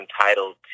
entitled